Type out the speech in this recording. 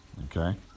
Okay